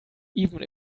even